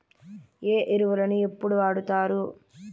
ఏ ఎరువులని ఎప్పుడు వాడుతారు?